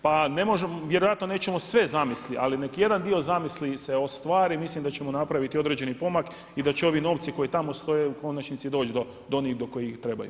Pa vjerojatno nećemo sve zamisli, ali nek' jedan dio zamisli se ostvari mislim da ćemo napraviti određeni pomak i da će ovi novci koji tamo stoje u konačnici doći do onih do kojih trebaju.